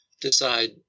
decide